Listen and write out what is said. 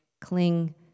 cling